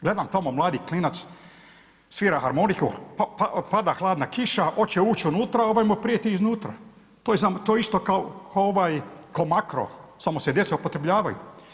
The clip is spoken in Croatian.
Gledam tamo mladi klinac svira harmoniku, pada hladna kiša, hoće ući unutra, ovaj mu prijeti iznutra, to je isto kao makro samo se djeca upotrebljavaju.